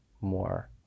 more